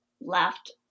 left